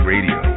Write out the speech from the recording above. Radio